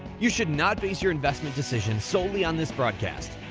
you should not base your investment decisions solely on this broadcast.